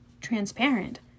transparent